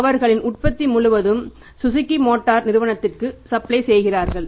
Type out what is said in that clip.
அவர்களின் உற்பத்தி முழுவதும் சுஸுகி மோட்டார் நிறுவனத்திற்கு சப்ளை செய்கிறார்கள்